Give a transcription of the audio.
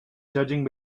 judging